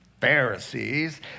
Pharisees